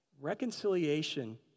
Reconciliation